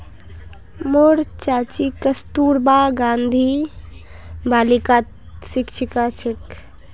मोर चाची कस्तूरबा गांधी बालिकात शिक्षिका छेक